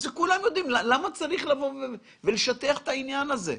כולנו יודעים, למה צריך לבוא ולשטח את העניין הזה?